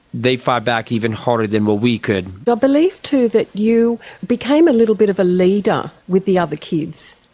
they fought back even harder than what we could. i believe too that you became a little bit of a leader with the other kids.